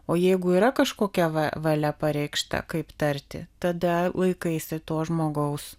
o jeigu yra kažkokia valia pareikšta kaip tarti tada laikaisi to žmogaus